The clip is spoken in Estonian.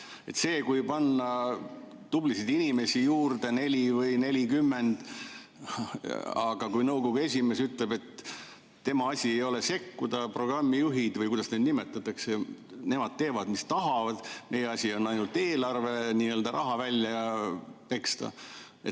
Võib panna tublisid inimesi juurde neli või 40, aga kui nõukogu esimees ütleb, et tema asi ei ole sekkuda, programmijuhid, või kuidas neid nimetatakse, teevad, mis tahavad, meie asi on ainult eelarve, raha välja peksta,